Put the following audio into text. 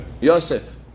Yosef